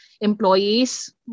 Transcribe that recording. employees